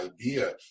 idea